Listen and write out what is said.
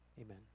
amen